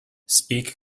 speak